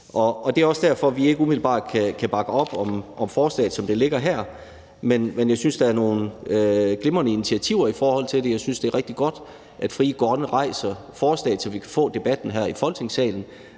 Det er også derfor, at vi ikke umiddelbart kan bakke op om forslaget, som det ligger her, men jeg synes, at der er nogle glimrende initiativer i forhold til det. Jeg synes, det er rigtig godt, at Frie Grønne fremsætter forslaget, så vi kan få debatten her i Folketingssalen,